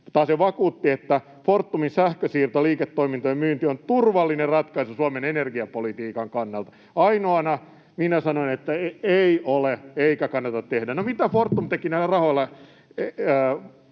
taas vakuutti, että Fortumin sähkönsiirtoliiketoimintojen myynti on turvallinen ratkaisu Suomen energiapolitiikan kannalta. Ainoana minä sanoin, että ei ole eikä kannata tehdä. ”No, mitä Fortum teki näillä rahoilla?”